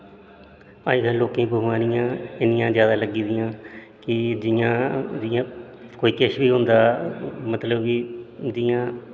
अज्जकल लोकें गी बमारियां इन्नियां ज्यादा लग्गी दियां कि जियां जियां कोई किश बी होंदा मतलब कि जियां